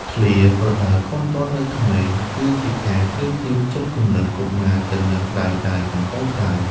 ឃ្លា «ប្រដៅកូនទាន់នៅក្មេង» គឺជាការប្រៀបធៀបចិត្តគំនិតកុមារទៅនឹងដែកដែលកំពុងក្ដៅ។